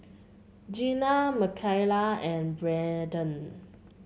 Gena Mikaela and Braeden